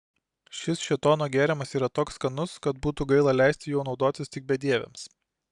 šis šėtono gėrimas yra toks skanus kad būtų gaila leisti juo naudotis tik bedieviams